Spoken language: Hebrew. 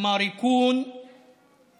(אומר דברים בשפה הערבית,